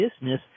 business